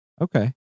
Okay